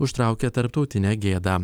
užtraukė tarptautinę gėdą